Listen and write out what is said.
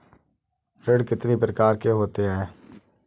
ऋण कितनी प्रकार के होते हैं?